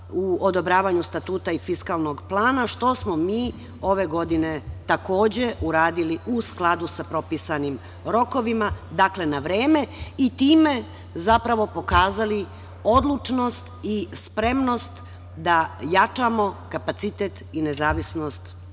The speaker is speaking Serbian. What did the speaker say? u odobravanju Statuta i fiskalnog plana, što smo mi ove godine takođe uradili u skladu sa propisanim rokovima, dakle, na vreme i time zapravo pokazali odlučnost i spremnost da jačamo kapacitet i nezavisnost